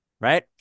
Right